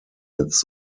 its